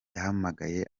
yahamagaye